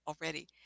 already